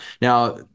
now